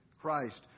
Christ